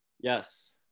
Yes